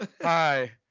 hi